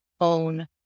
own